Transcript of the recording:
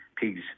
pigs